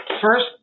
first